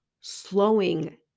slowing